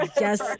Yes